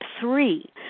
three